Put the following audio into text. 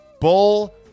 Bull